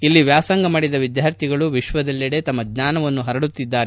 ಇಲ್ಲಿ ವ್ಯಾಸಂಗ ಮಾಡಿದ ವಿದ್ಯಾರ್ಥಿಗಳು ವಿಶ್ವದೆಲ್ಲೆಡೆ ತಮ್ಮ ಜ್ಞಾನವನ್ನು ಪರಡುತ್ತಿದ್ದಾರೆ ಎಂದು ಹೇಳಿದರು